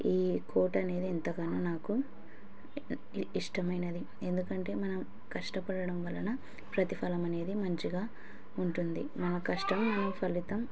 ఈ కోట్ అనేది ఎంతగానో నాకు ఇష్టమైనది ఎందుకంటే మనం కష్టపడడం వలన ప్రతిఫలం అనేది మంచిగా ఉంటుంది మన కష్టం మన ఫలితం